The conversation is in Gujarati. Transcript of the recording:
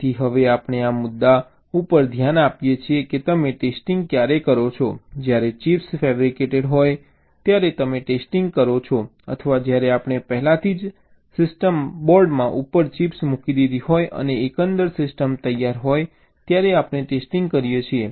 તેથી હવે આપણે આ મુદ્દા ઉપર ધ્યાન આપીએ છીએ કે તમે ટેસ્ટિંગ ક્યારે કરો છો જ્યારે ચિપ્સ ફેબ્રિકેટેડ હોય ત્યારે અમે ટેસ્ટિંગ કરીએ છીએ અથવા જ્યારે આપણે પહેલાથી જ સિસ્ટમમાં બોર્ડ ઉપર ચિપ્સ મૂકી દીધી હોય અને એકંદર સિસ્ટમ તૈયાર હોય ત્યારે આપણે ટેસ્ટિંગ કરીએ છીએ